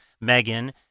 Megan